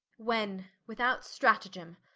when, without stratagem,